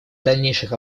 дальнейших